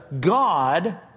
God